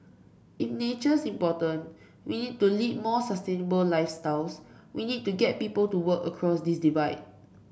if nature's important we need to lead more sustainable lifestyles we need to get people to work across this divide